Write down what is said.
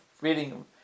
reading